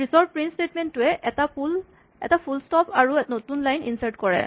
পিছৰ print statement টোৱে এটা ফুল স্টপ আৰু নতুন লাইন ইনচাৰ্ট কৰে